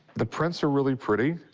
the prints are really pretty.